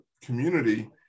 community